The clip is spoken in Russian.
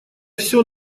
все